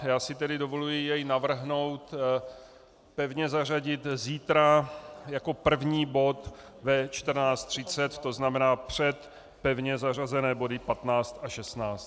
Já si tedy dovoluji jej navrhnout pevně zařadit zítra jako první bod ve 14.30, to znamená před pevně zařazené body 15 a 16.